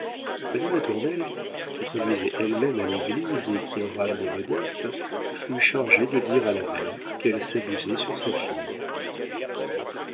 préoccupation madame latournelle qui conduisait elle-même à l'église et qui en ramenait modeste fut chargée de dire à la mère qu'elle s'abusait sur sa fille